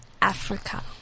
Africa